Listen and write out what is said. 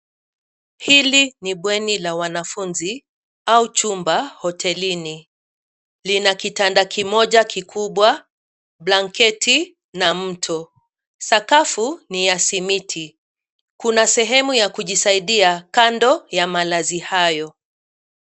Hili ni bweni la wanafunzi au chumba hotelini, lina kitanda kimoja kikubwa, blanketi na mto. Sakafu ni ya simiti. Kuna sehemu ya kujisaidia kando ya malazi hayo.